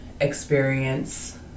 experience